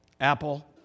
apple